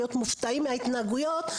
להיות מופתעים מההתנהגויות של האדם.